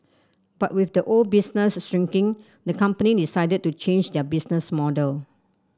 but with the old business shrinking the company decided to change their business model